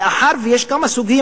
מאחר שיש כמה סוגים,